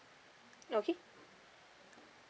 okay